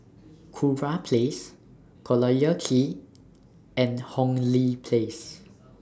Kurau Place Collyer Quay and Hong Lee Place